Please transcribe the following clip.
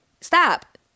stop